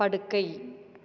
படுக்கை